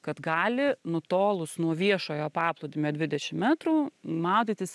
kad gali nutolus nuo viešojo paplūdimio dvidešim metrų maudyti